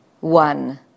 one